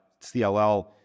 CLL